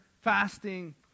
fasting